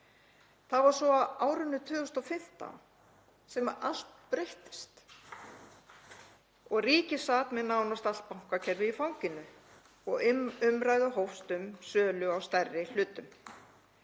Það var svo á árinu 2015 sem allt breyttist og ríkið sat með nánast allt bankakerfið í fanginu og umræða hófst um sölu á stærri hlutum.